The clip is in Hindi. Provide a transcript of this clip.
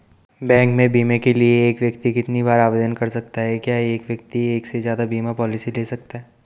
बैंक में बीमे के लिए एक व्यक्ति कितनी बार आवेदन कर सकता है क्या एक व्यक्ति एक से ज़्यादा बीमा पॉलिसी ले सकता है?